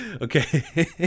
okay